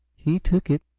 he took it,